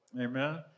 amen